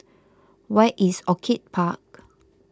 where is Orchid Park